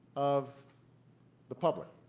of the public.